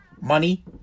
money